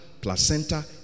placenta